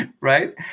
right